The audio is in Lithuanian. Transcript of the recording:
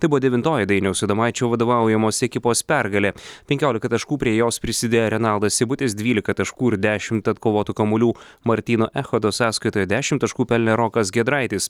tai buvo devintoji dainiaus adomaičio vadovaujamos ekipos pergalė penkiolika taškų prie jos prisidėjo renaldas seibutis dvylika taškų ir dešimt atkovotų kamuolių martyno echodo sąskaitoje dešimt taškų pelnė rokas giedraitis